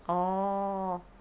orh